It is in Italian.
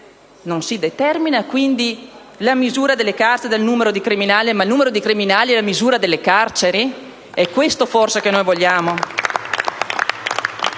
non si determina la misura delle carceri in base al numero dei criminali, ma il numero dei criminali dalla misura delle carceri. È questo forse che vogliamo?